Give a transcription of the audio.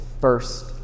first